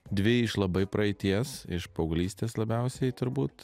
dvi iš labai praeities iš paauglystės labiausiai turbūt